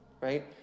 Right